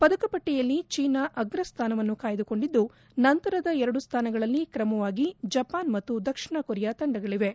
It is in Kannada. ಪದಕ ಪಟ್ಟಿಯಲ್ಲಿ ಚೀನಾ ಅಗ್ರ ಸ್ದಾನವನ್ನು ಕಾಯ್ದುಕೊಂಡಿದ್ದು ನಂತರದ ಎರಡು ಸ್ಥಾನಗಳಲ್ಲಿ ಕ್ರಮವಾಗಿ ಜಪಾನ್ ಮತ್ತು ದಕ್ಷಿಣ ಕೊರಿಯಾ ತಂಡಗಳಿವೆ